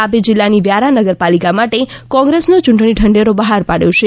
તાપી જિલ્લા ની વ્યારા નગરપાલિકા માટે કોંગ્રેસ્સ નો યૂંટણી ઢંઢેરો બહાર પાડ્યો છે